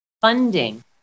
funding